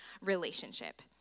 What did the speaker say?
relationship